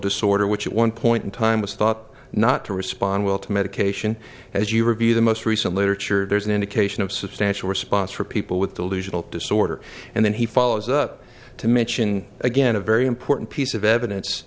disorder which at one point in time was thought not to respond well to medication as you review the most recent literature there is an indication of substantial response for people with the legal disorder and then he follows up to mention again a very important piece of evidence